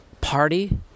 party